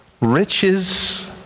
riches